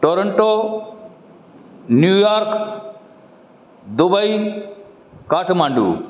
Toronto New York Dubai Kathmandu